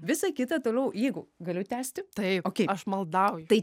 visa kita toliau jeigu galiu tęsti taip ok aš maldauju tai